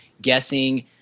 guessing